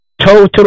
total